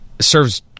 serves